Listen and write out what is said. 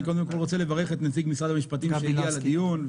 אני קודם כול רוצה לברך את נציג משרד המשפטים שהגיע לדיון,